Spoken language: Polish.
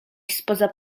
spoza